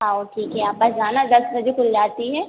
आओ ठीक है आप आ जाना दस बजे खुल जाती है